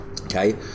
Okay